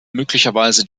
möglicherweise